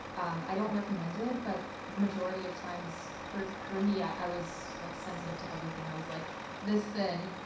um i don't recommend it, but majority of times. for for me, i was like sensitive to everything. i was like this thin,